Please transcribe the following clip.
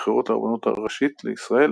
שימש בשליחות רבנית כראש ישיבת יבנה באנטוורפן,